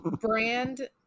Brand